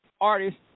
artist